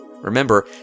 Remember